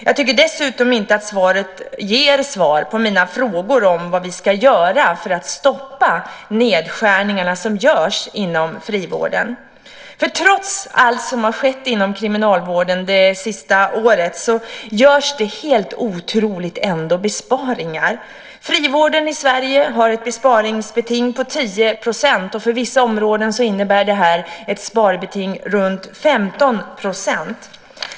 Jag tycker dessutom inte att svaret ger svar på mina frågor om vad vi ska göra för att stoppa nedskärningarna som görs inom frivården. Trots allt som har skett inom kriminalvården under det senaste året görs det helt otroligt ändå besparingar. Frivården i Sverige har ett besparingsbeting på 10 %, och för vissa områden innebär det ett sparbeting på omkring 15 %.